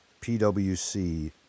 PWC